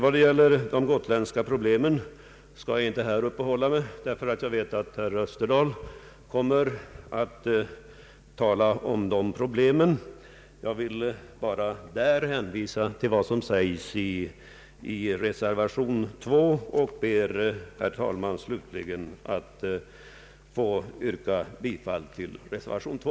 Vad gäller de gotländska problemen så skall jag inte här uppehålla mig vid dem, ty jag vet att herr Österdahl kommer att tala om dem. Jag vill bara här hänvisa till vad som sägs i reservationen 2, och jag ber slutligen, herr talman, att få yrka bifall till reservationen 2.